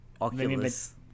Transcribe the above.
Oculus